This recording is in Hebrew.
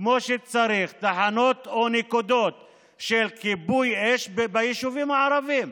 כמו שצריך תחנות או נקודות של כיבוי אש ביישובים הערביים?